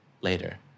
later